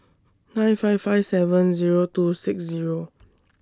nine five five seven Zero two six Zero